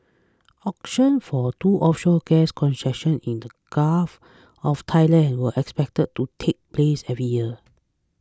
auctions for two offshore gas concessions in the gulf of Thailand were expected to take place every year